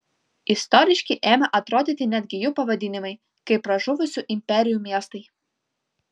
istoriški ėmė atrodyti netgi jų pavadinimai kaip pražuvusių imperijų miestai